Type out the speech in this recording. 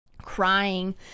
crying